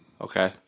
Okay